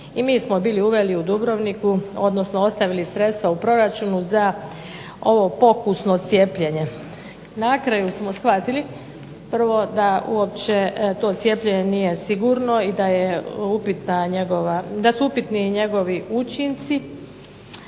i mi smo bili uveli u Dubrovniku, odnosno ostavili sredstva u proračunu za ovo pokusno cijepljenje. Na kraju smo shvatili, prvo da uopće to cijepljenje nije sigurno i da je upitna njegova,